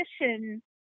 Mission